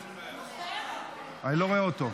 אני לא רואה אותו.